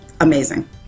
amazing